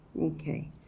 Okay